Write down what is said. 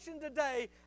today